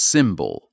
Symbol